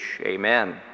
Amen